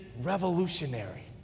revolutionary